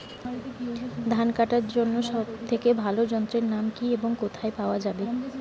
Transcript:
ধান কাটার জন্য সব থেকে ভালো যন্ত্রের নাম কি এবং কোথায় পাওয়া যাবে?